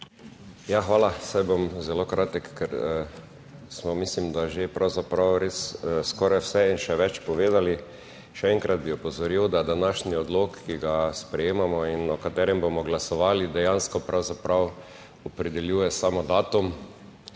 hvala, saj bom zelo kratek, ker smo, mislim, da že pravzaprav res skoraj vse in še več povedali. Še enkrat bi opozoril, da današnji odlok, ki ga sprejemamo in o katerem bomo glasovali, dejansko pravzaprav opredeljuje samo datum,